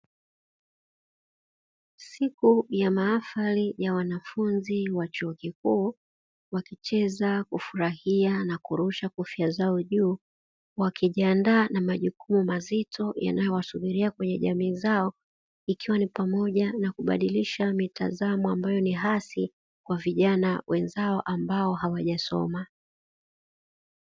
Siku ya mahafari ya wanafunzi wa chuo kikuu wakicheza, kufurahia na kurusha kofia zao juu wakajiandaa na majukumu mazito yanayowasubiria kwenye jamii zao ikiwa ni pamoja na kubadilisha mitazamo ambayo ni hasi wa vijana wenzao ambao hawajasoma.